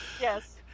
yes